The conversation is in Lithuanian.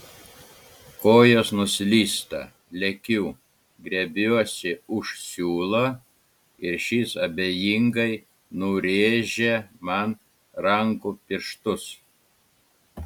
kojos nuslysta lekiu griebiuosi už siūlo ir šis abejingai nurėžia man rankų pirštus